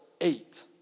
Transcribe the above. eight